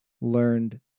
learned